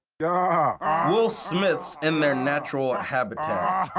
yeah will smiths in their natural habitat.